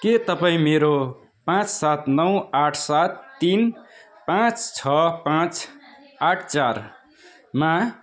के तपाईँ मेरो पाँच सात नौ आठ सात तिन पाँच छ पाँच आठ चारमा